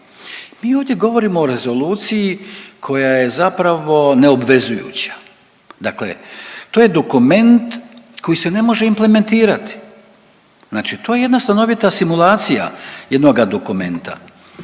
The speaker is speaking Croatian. Mi ovdje govorimo o rezoluciji koja je zapravo neobvezujuća. Dakle to je dokument koji se ne može implementirati, znači to je jedna stanovita simulacija jednoga dokumenta